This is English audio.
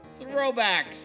throwbacks